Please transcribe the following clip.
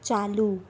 चालू